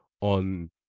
on